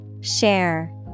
Share